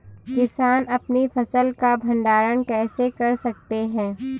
किसान अपनी फसल का भंडारण कैसे कर सकते हैं?